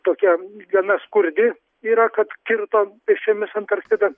tokia gana skurdi yra kad kirto pėsčiomis antarktidą